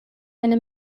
eine